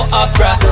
opera